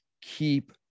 keep